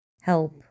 Help